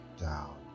down